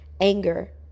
anger